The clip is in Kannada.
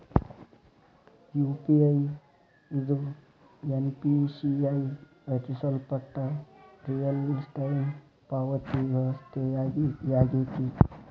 ಯು.ಪಿ.ಐ ಇದು ಎನ್.ಪಿ.ಸಿ.ಐ ರಚಿಸಲ್ಪಟ್ಟ ರಿಯಲ್ಟೈಮ್ ಪಾವತಿ ವ್ಯವಸ್ಥೆಯಾಗೆತಿ